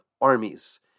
armies